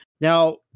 Now